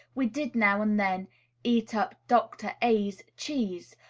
we did now and then eat up dr. a s cheese,